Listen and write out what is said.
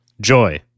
Joy